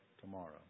tomorrow